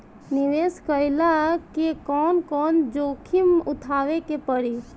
निवेस कईला मे कउन कउन जोखिम उठावे के परि?